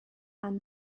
and